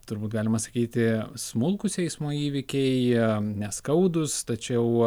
turbūt galima sakyti smulkūs eismo įvykiai jie neskaudūs tačiau